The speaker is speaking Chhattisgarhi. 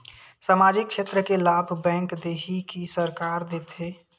सामाजिक क्षेत्र के लाभ बैंक देही कि सरकार देथे?